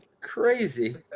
crazy